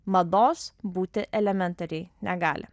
mados būti elementariai negali